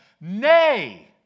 nay